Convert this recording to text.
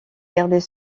gardait